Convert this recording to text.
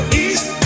east